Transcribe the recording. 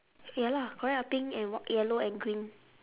ya lah correct ah pink and yellow and green